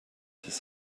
his